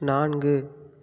நான்கு